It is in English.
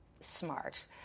smart